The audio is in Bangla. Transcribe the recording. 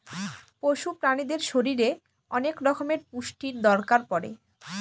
পশু প্রাণীদের শরীরে অনেক রকমের পুষ্টির দরকার পড়ে